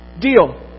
deal